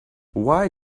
why